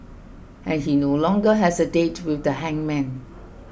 and he no longer has a date with the hangman